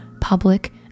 public